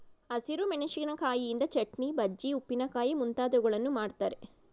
ಹಸಿರು ಮೆಣಸಿಕಾಯಿಯಿಂದ ಚಟ್ನಿ, ಬಜ್ಜಿ, ಉಪ್ಪಿನಕಾಯಿ ಮುಂತಾದವುಗಳನ್ನು ಮಾಡ್ತರೆ